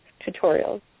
tutorials